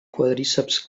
quàdriceps